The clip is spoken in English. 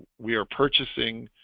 we are purchasing